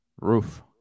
roof